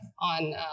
on